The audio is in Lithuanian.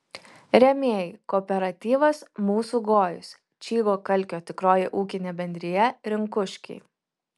rėmėjai kooperatyvas mūsų gojus čygo kalkio tikroji ūkinė bendrija rinkuškiai